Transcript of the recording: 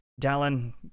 Dallin